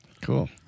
Cool